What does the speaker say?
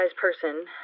person